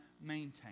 maintain